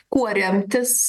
kuo remtis